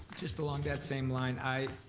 just along that same line, i